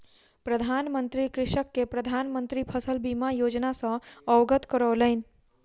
प्रधान मंत्री कृषक के प्रधान मंत्री फसल बीमा योजना सॅ अवगत करौलैन